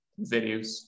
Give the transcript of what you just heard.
videos